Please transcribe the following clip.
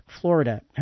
Florida